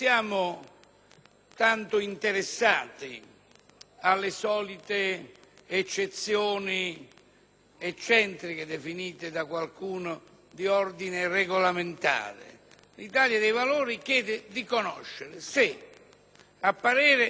tanto interessati alle solite eccezioni, eccentriche definite da qualcuno, di ordine regolamentare. L'Italia dei Valori chiedere di conoscere se, a parere del Senato,